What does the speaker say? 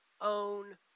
own